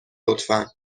لطفا